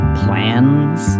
plans